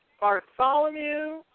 Bartholomew